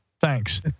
Thanks